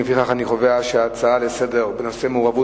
לפיכך אני קובע שההצעה לסדר-היום בנושא מעורבות